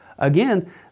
Again